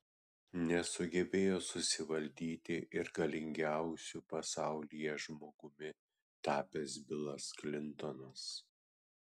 nesugebėjo susivaldyti ir galingiausiu pasaulyje žmogumi tapęs bilas klintonas